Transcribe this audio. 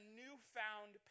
newfound